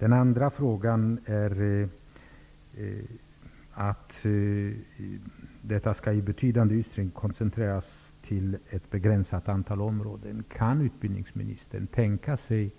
Den andra frågan gäller att detta i betydande utsträckning skall koncentreras till ett begränsat antal områden. Kan utbildningministern tänka sig